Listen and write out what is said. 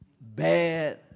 bad